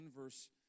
verse